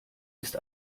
ist